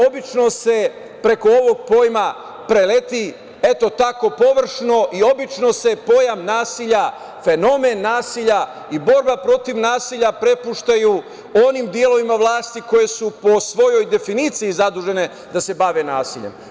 Obično se preko ovog pojma preleti, eto tako površno i obično se pojam nasilja, fenomen nasilja i borba protiv nasilja prepuštaju onim delovima vlasti koje su po svojoj definiciji zadužene za da se bave nasiljem.